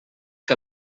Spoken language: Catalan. que